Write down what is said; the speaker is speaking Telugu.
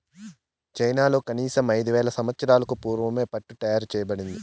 చైనాలో కనీసం ఐదు వేల సంవత్సరాలకు పూర్వమే పట్టు తయారు చేయబడింది